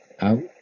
out